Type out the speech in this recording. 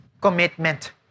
commitment